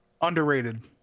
underrated